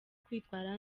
kwitwara